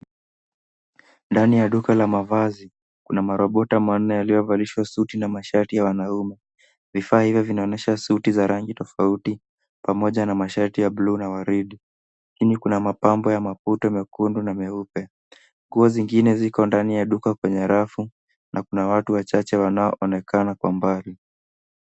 Ndani ya duka la mavazi, kuna marobota manne yaliyovalishwa suti na mashati ya wanaume. Vifaa hivyo vinaonyesha suti za rangi tofauti, pamoja na mashati ya bluu na waridi. Chini kuna mapambo ya maputo mekundu na meupe. Nguo zingine ziko ndani ya duka kwenye rafu, na kuna watu wachache wanaoonekana kwa mbali.